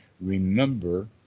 remember